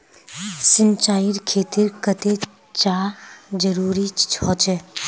सिंचाईर खेतिर केते चाँह जरुरी होचे?